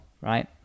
right